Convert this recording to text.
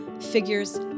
figures